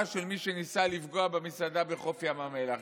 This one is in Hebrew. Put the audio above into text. של מי שניסה לפגוע במסעדה בחוף ים המלח.